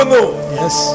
Yes